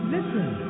Listen